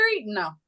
No